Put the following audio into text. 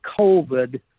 COVID